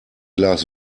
glas